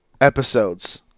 episodes